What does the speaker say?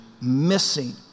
missing